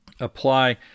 apply